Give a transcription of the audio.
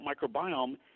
microbiome